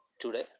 Today